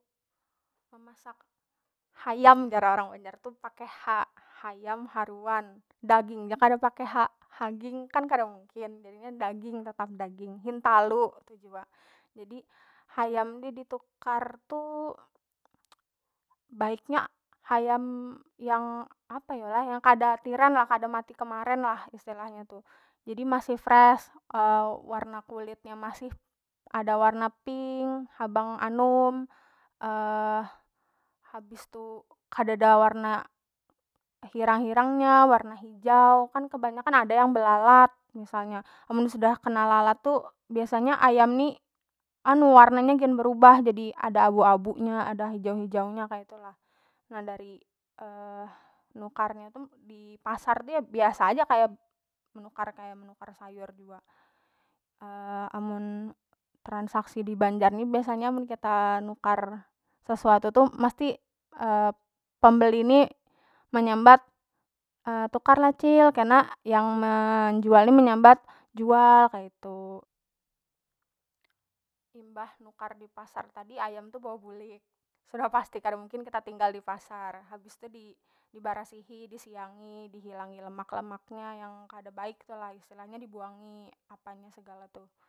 Memasak hayam jar orang banjar tu pake ha hayam haruan daging ja yang kada pake ha haging kan kada mungkin jadinya daging tetap daging, hintalu tu jua jadi hayam di- ditukar tu baiknya hayam yang apa yo lah yang kada tiren lah kada mati kemarin lah istilahnya tu jadi masih fresh warna kulitnya masih ada warna pink habang anum habis tu kadada warna hirang- hirangnya warna hijau kan kebanyakan ada yang belalat misalnya mun sudah kena lalat tu biasanya ayam ni anu warnanya gin berubah jadi ada abu- abunya ada hijau- hijau nya kaitu lah, nah dari nukarnya tu dipasar tu ya biasa aja kaya menukar kaya menukar sayur jua amun transaksi di banjar ni biasanya kita nukar sesuatu tu mesti pembeli ni menyambat tukar lah cil kena yang menjual ni menyambat jual kaitu. Imbah nukar dipasar tadi ayam tu bawa bulik sudah pasti kada mungkin kita tinggal dipasar habis tu dibarasihi disiangi dihilangi lemak- lemaknya yang kada baik tu lah istilahnya dibuangi apa nya segala tuh.